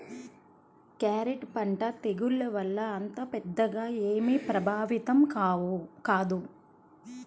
carrot పంట తెగుళ్ల వల్ల అంత పెద్దగా ఏమీ ప్రభావితం కాదు